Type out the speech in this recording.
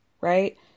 right